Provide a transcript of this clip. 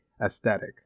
aesthetic